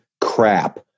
crap